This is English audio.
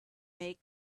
make